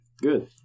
Good